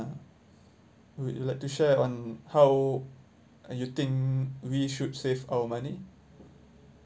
~(uh) would you like to share on how you think we should save our money